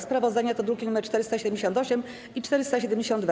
Sprawozdania to druki nr 478 i 472.